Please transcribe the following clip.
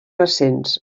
recents